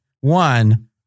One